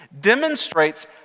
demonstrates